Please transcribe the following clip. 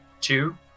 Two